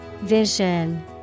Vision